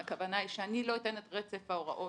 הכוונה היא שאני לא אתן את רצף ההוראות